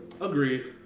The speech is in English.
Agreed